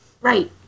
Right